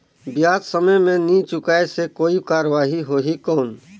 ब्याज समय मे नी चुकाय से कोई कार्रवाही होही कौन?